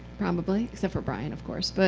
probably except for bryan, of course. but